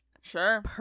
Sure